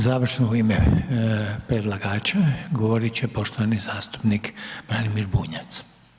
I završno u ime predlagača, govoriti će poštovani zastupnik Branimir Bunjac.